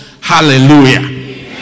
hallelujah